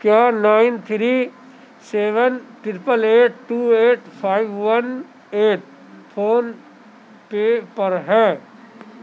کیا nine three seven triple eight two eight five one eight PhonePe پر ہے